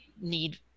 need